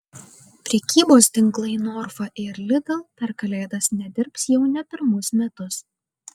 prekybos tinklai norfa ir lidl per kalėdas nedirbs jau ne pirmus metus